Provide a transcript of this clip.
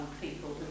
people